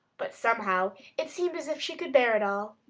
but somehow it seemed as if she could bear it all.